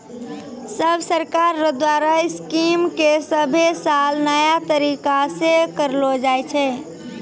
सब सरकार रो द्वारा स्कीम के सभे साल नया तरीकासे करलो जाए छै